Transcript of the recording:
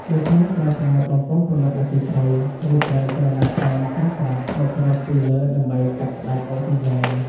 ដូច្នេះត្រូវប្រើបំពង់ពន្លត់អគ្គីភ័យ ឬប្រើក្រណាត់សើមក្រាស់ៗមកគ្របពីលើដើម្បីកាត់ផ្ដាច់អុកស៊ីសែន។